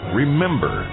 remember